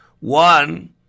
One